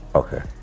okay